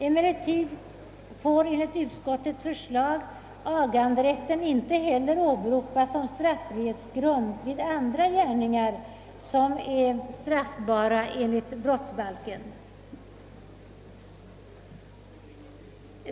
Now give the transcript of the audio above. Emellertid får enligt utskottets förslag aganderätten inte heller åberopas som straffrihetsgrund vid andra gärningar som är straffbara enligt brottsbalken.